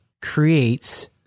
creates